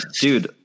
dude